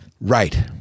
Right